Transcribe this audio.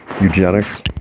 eugenics